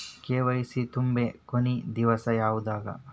KYC ತುಂಬೊ ಕೊನಿ ದಿವಸ ಯಾವಗದ?